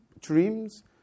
dreams